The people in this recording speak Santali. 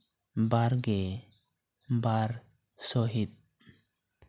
ᱵᱟᱨᱜᱮ ᱵᱟᱨ ᱥᱚᱦᱤᱛ